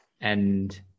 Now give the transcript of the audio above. and-